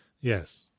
Yes